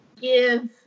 give